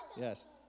Yes